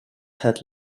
had